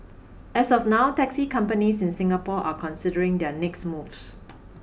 as of now taxi companies in Singapore are considering their next moves